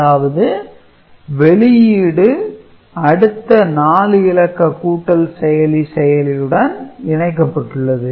அதாவது வெளியீடு அடுத்த 4 இலக்க கூட்டல் செயலி செயலியுடன் இணைக்கப்பட்டுள்ளது